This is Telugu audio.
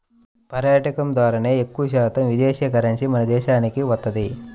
పర్యాటకం ద్వారానే ఎక్కువశాతం విదేశీ కరెన్సీ మన దేశానికి వత్తది